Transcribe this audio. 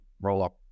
roll-up